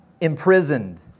imprisoned